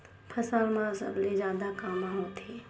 फसल मा सबले जादा कामा होथे?